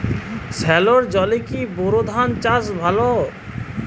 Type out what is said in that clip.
সেলোর জলে কি বোর ধানের চাষ ভালো?